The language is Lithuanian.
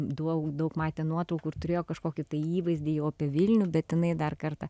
daug daug matę nuotraukų ir turėjo kažkokį tai įvaizdį apie vilnių bet jinai dar kartą